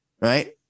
Right